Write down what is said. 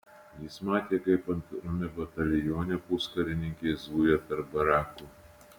jis matė kaip antrame batalione puskarininkiai zuja tarp barakų